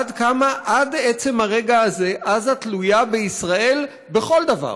עד כמה עד עצם הרגע הזה עזה תלויה בישראל בכל דבר,